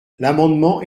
l’amendement